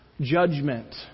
judgment